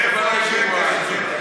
מאיפה הבאת את זה?